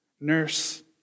nurse